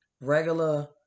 regular